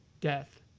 Death